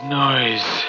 noise